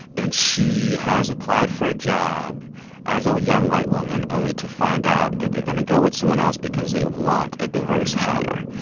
and she has applied for a job as a young white woman, only to find out that they're going to go with someone else because they want a diverse hire.